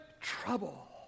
trouble